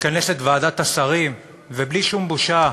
מתכנסת ועדת השרים, ובלי שום בושה,